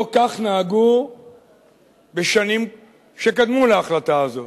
לא כך נהגו בשנים שקדמו להחלטה הזאת.